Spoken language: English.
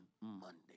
Monday